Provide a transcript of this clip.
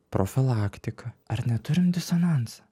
profilaktika ar neturim disonanso